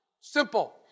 Simple